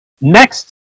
Next